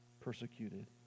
persecuted